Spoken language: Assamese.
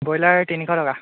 ব্ৰইলাৰ তিনিশ টকা